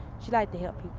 she liked to help